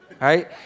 right